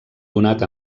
donat